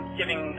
giving